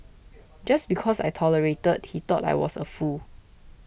just because I tolerated he thought I was a fool